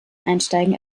einsteigen